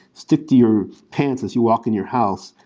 stick to your pants as you walk in your house.